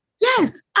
Yes